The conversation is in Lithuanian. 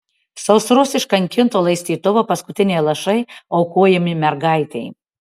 sausros iškankinto laistytuvo paskutiniai lašai aukojami mergaitei